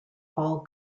all